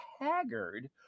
Haggard